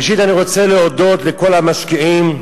ראשית אני רוצה להודות לכל המשקיעים,